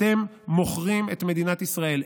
אתם מוכרים את מדינת ישראל.